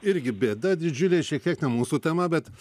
irgi bėda didžiulė šiek tiek ne mūsų tema bet